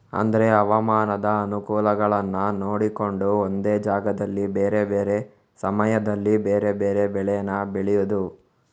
ಅಂದ್ರೆ ಹವಾಮಾನದ ಅನುಕೂಲಗಳನ್ನ ನೋಡಿಕೊಂಡು ಒಂದೇ ಜಾಗದಲ್ಲಿ ಬೇರೆ ಬೇರೆ ಸಮಯದಲ್ಲಿ ಬೇರೆ ಬೇರೆ ಬೆಳೇನ ಬೆಳೆಯುದು